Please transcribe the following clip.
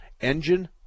engine